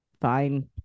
fine